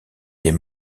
des